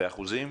באחוזים.